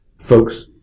folks